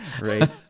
right